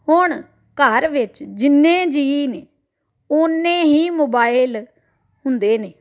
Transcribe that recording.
ਹੁਣ ਘਰ ਵਿੱਚ ਜਿੰਨੇ ਜੀਅ ਨੇ ਉੰਨੇ ਹੀ ਮੋਬਾਈਲ ਹੁੰਦੇ ਨੇ